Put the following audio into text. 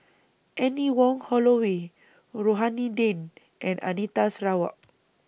Anne Wong Holloway Rohani Din and Anita Sarawak